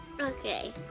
Okay